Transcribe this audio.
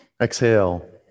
Exhale